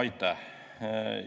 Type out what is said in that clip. Aitäh!